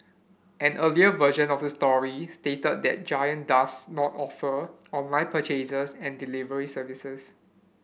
an earlier version of the story stated that Giant does not offer online purchases and delivery services